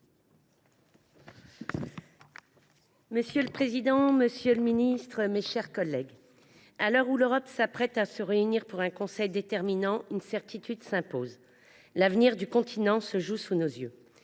Monsieur le président, monsieur le ministre, mes chers collègues, à l’heure où l’Europe s’apprête à se réunir pour un Conseil déterminant, une certitude s’impose : l’avenir du continent se joue sous nos yeux.